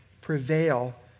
prevail